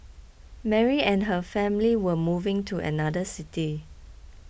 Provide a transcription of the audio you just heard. Mary and her family were moving to another city